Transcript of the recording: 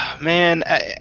man